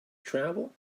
travel